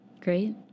Great